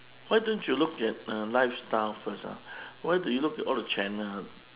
why don't you look at uh lifestyle first ah why do you look at all the channel ha